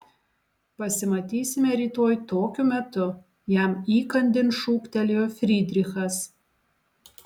pasimatysime rytoj tokiu metu jam įkandin šūktelėjo frydrichas